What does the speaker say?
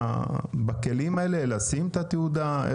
בכלים האלה לשים את התעודה?